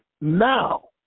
now